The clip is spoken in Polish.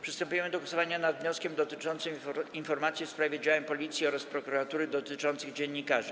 Przystępujemy do głosowania nad wnioskiem dotyczącym informacji w sprawie działań policji oraz prokuratury dotyczących dziennikarzy.